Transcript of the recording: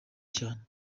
cyane